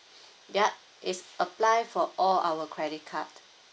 yup it's applied for all our credit card